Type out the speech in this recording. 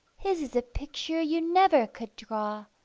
his is a picture you never could draw,